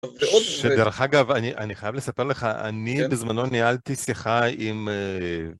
שדרך אגב, אני חייב לספר לך, אני בזמנו נהלתי שיחה עם אה...